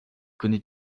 connais